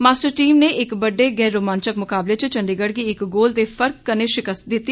master team नै इक बड़े गै रोमांचक मुकाबले च चंडीगढ़ गी इक गोल दे फर्क कन्नै शिकस्त दित्ती